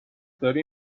داری